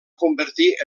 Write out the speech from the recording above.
convertir